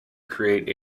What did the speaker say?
create